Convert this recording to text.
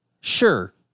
Sure